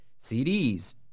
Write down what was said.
CDs